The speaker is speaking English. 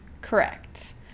correct